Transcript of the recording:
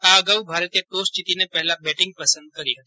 આ અગાઉ ભારતે ટોસ જીતીને પહેલાં બેટિંગ પસંદ કરી હતી